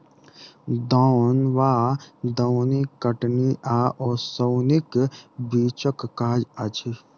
दौन वा दौनी कटनी आ ओसौनीक बीचक काज अछि